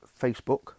Facebook